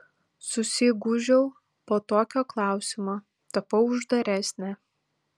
susigūžiau po tokio klausimo tapau uždaresnė